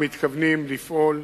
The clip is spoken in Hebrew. אנחנו מתכוונים לפעול